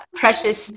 precious